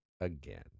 again